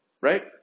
Right